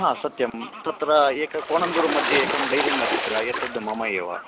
हा सत्यं तत्र एक कोणन्दूरुमध्ये एकं डैरि अस्ति किल एतद् मम एव